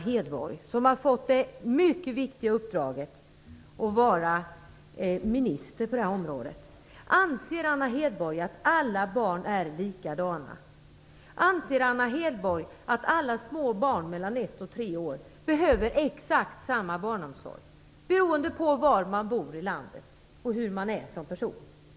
Hedborg, som har det mycket viktiga uppdraget att vara minister på det här området. Anser Anna Hedborg att alla barn är likadana? Anser Anna Hedborg att alla små barn mellan ett och tre år behöver exakt samma barnomsorg, oberoende av var de bor i landet och hur de är som personer?